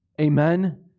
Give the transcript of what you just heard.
Amen